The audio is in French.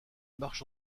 marche